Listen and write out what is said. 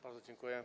Bardzo dziękuję.